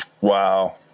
Wow